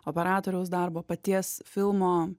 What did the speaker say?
operatoriaus darbo paties filmo